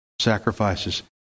sacrifices